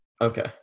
Okay